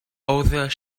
other